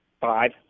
Five